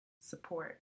support